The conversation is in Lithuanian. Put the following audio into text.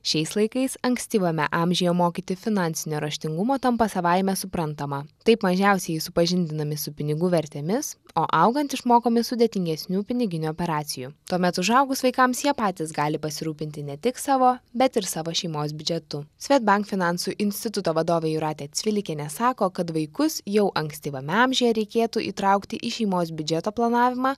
šiais laikais ankstyvame amžiuje mokyti finansinio raštingumo tampa savaime suprantama taip mažiausieji supažindinami su pinigų vertėmis o augant išmokomi sudėtingesnių piniginių operacijų tuomet užaugus vaikams jie patys gali pasirūpinti ne tik savo bet ir savo šeimos biudžetu svedbank finansų instituto vadovė jūratė cvilikienė sako kad vaikus jau ankstyvame amžiuje reikėtų įtraukti į šeimos biudžeto planavimą